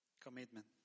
Commitment